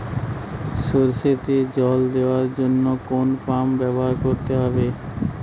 সরষেতে জল দেওয়ার জন্য কোন পাম্প ব্যবহার করতে হবে?